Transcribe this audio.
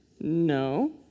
No